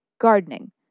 Gardening